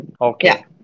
Okay